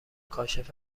کاشف